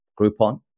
Groupon